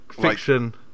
fiction